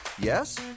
Yes